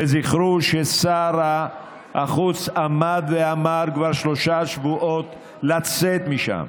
וזכרו ששר החוץ עמד ואמר כבר לפני שלושה שבועות לצאת משם,